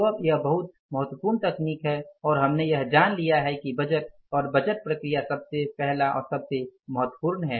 तो अब यह बहुत बहुत महत्वपूर्ण तकनीक है और हमने यह जान लिया है कि बजट और बजटीय प्रक्रिया सबसे पहला और सबसे महत्वपूर्ण है